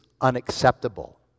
unacceptable